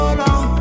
long